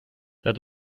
that